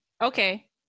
Okay